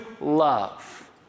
love